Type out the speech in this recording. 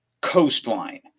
coastline